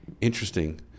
Interesting